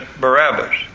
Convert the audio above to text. Barabbas